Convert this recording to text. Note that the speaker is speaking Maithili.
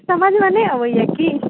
किछु समझमे नहि आबैए की